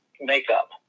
makeup